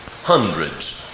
hundreds